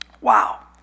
Wow